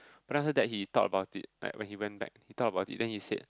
but then heard that he talk about this like he went back and talk about this then he said